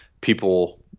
people